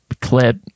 clip